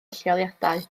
lleoliadau